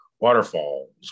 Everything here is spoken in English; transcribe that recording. waterfalls